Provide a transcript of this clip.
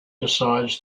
decides